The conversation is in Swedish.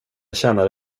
tjänade